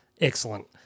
Excellent